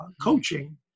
coaching